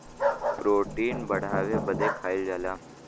protein बढ़ावे बदे खाएल जाला